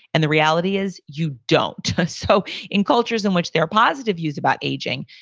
and the reality is you don't. so in cultures in which there are positive views about aging,